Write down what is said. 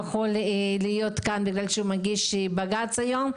התאפשר לו להיות כאן בגלל שהוא מגיש בג"ץ היום,